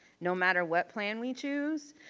no matter what plan we choose,